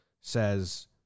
says